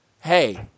hey